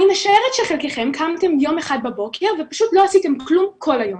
אני משערת שחלקכם קמתם יום אחד בבוקר ופשוט לא עשיתם כלום כל היום,